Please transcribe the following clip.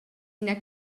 ina